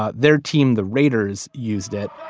ah their team, the raiders used it